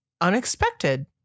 unexpected